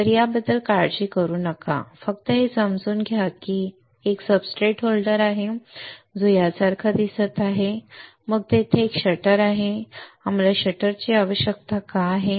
तर याबद्दल काळजी करू नका फक्त हे समजून घ्या की एक सब्सट्रेट होल्डर आहे जो यासारखा दिसत आहे मग तेथे एक शटर आहे आम्हाला शटरची आवश्यकता का आहे